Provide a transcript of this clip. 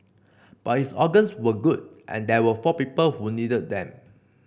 but his organs were good and there were four people who needed them